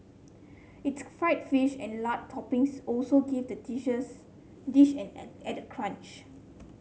its fried fish and lard toppings also give the dishes dish an added crunch